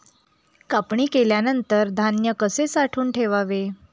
कापणी केल्यानंतर धान्य कसे साठवून ठेवावे?